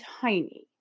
tiny